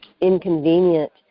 inconvenient